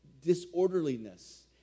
disorderliness